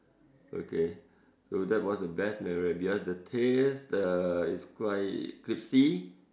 okay so that was the best memory because the taste the is quite crispy